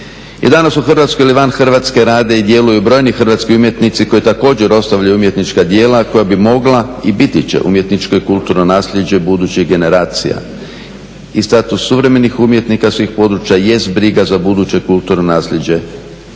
I danas u Hrvatskoj ili van Hrvatske rade i djeluju brojni hrvatski umjetnici koji također ostavljaju umjetnička djela koja bi mogla i biti će umjetničko i kulturno naslijeđe budućih generacija. I status suvremenih umjetnika svih područja jest briga za buduće kulturno naslijeđe